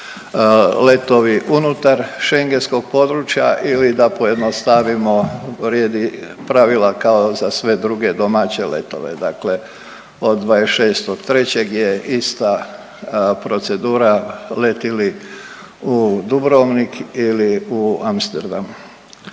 letovi unutar schengenskog područja ili da pojednostavimo vrijedi pravila kao za sve druge domaće letove, dakle od 26.3. je ista procedura leti li u Dubrovnik ili u Amsterdam.